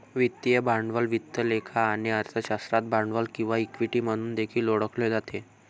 वित्तीय भांडवल वित्त लेखा आणि अर्थशास्त्रात भांडवल किंवा इक्विटी म्हणून देखील ओळखले जाते